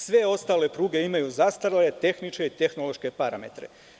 Sve ostale pruga imaju zastarele tehničke i tehnološke parametre.